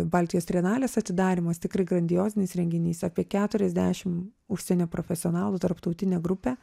baltijos trienalės atidarymas tikrai grandiozinis renginys apie keturiasdešim užsienio profesionalų tarptautinė grupė